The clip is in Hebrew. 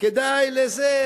כדאי זה.